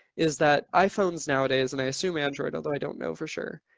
is that iphones nowadays, and i assume android, although i don't know for sure,